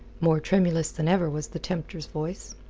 more tremulous than ever was the tempter's voice.